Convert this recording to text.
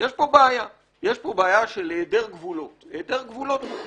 יש פה בעיה של היעדר גבולות מוחלט.